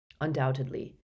Undoubtedly